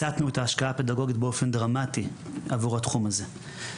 הסטנו את ההשקעה הפדגוגית באופן דרמטי עבור התחום הזה.